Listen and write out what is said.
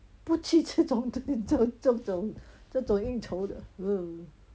不去吃这种这种应酬的